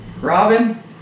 Robin